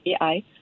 AI